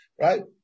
Right